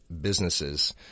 businesses